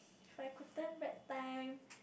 if I could turn back time